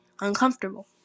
uncomfortable